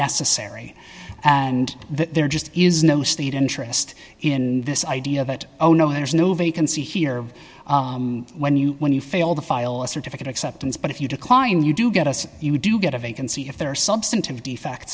necessary and there just is no state interest in this idea that oh no there's no vacancy here when you when you fail to file a certificate acceptance but if you decline you do get us if you do get a vacancy if there are substantive defects